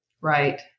Right